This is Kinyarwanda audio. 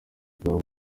ubwabo